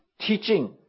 teaching